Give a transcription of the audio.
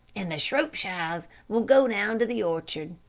and the shropshires will go down to the orchard.